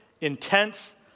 intense